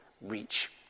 reach